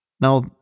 Now